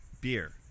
beer